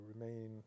remain